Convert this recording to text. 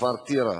מהכפר טירה,